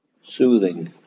soothing